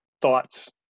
thoughts